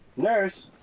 nurse!